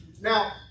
Now